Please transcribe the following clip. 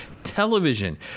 television